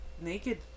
naked